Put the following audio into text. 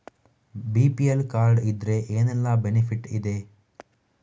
BPL card ಇದ್ರೆ ಏನೆಲ್ಲ benefit ಇದೆ?